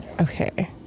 Okay